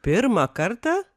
pirmą kartą